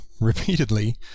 repeatedly